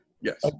Yes